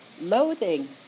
loathing